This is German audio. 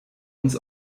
uns